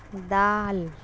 دال